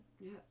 Yes